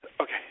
Okay